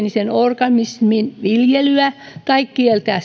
tietyn muuntogeenisen organismin viljelyä tai kieltää